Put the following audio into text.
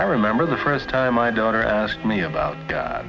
i remember the first time my daughter asked me about